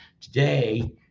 today